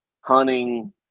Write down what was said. hunting